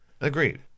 agreed